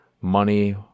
money